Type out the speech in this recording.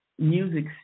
Music